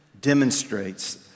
demonstrates